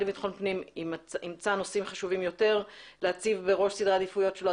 לביטחון פנים ימצא נושאים חשובים יותר להציב בראש סדרי העדיפויות שלו,